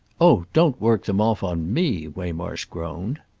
oh don't work them off on me! waymarsh groaned.